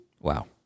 Wow